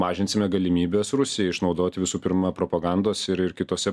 mažinsime galimybes rusijai išnaudoti visų pirma propagandos ir ir kitose